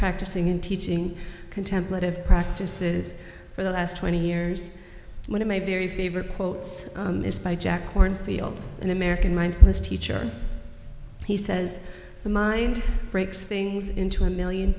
practicing in teaching contemplative practices for the last twenty years one of my barry favorite quotes is by jack kornfield an american mindfulness teacher he says the mind breaks things into a million